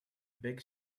big